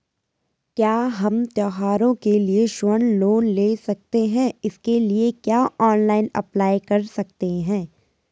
क्या हम त्यौहारों के लिए स्वर्ण लोन ले सकते हैं इसके लिए क्या ऑनलाइन अप्लाई कर सकते हैं?